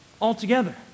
altogether